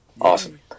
Awesome